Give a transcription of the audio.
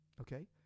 Okay